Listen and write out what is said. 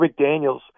McDaniels